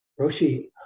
Roshi